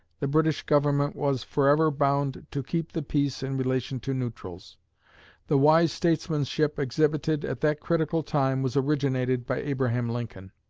the british government was forever bound to keep the peace in relation to neutrals the wise statesmanship exhibited at that critical time was originated by abraham lincoln.